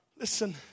Listen